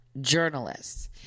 journalists